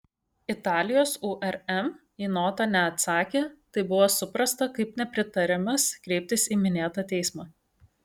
italijos urm į notą neatsakė tai buvo suprasta kaip nepritarimas kreiptis į minėtą teismą